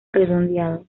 redondeado